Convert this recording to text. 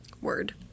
Word